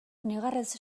negarrez